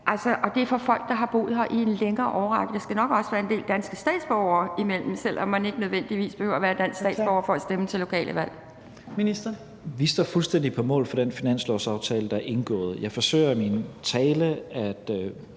og det er for folk, der har boet her i en længere årrække. Der skal nok også være en del danske statsborgere imellem, selv om man ikke nødvendigvis behøver at være dansk statsborger for at stemme til lokale valg. Kl. 15:47 Tredje næstformand (Trine Torp): Tak. Ministeren.